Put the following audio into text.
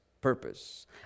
purpose